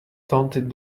taunted